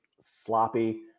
sloppy